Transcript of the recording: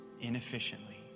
inefficiently